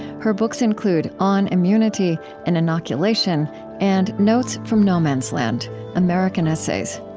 her books include on immunity an inoculation and notes from no man's land american essays.